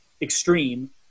extreme